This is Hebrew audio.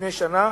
לפני שנה,